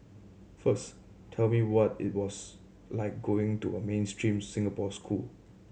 first tell me what it was like going to a mainstream Singapore school